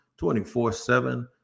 24-7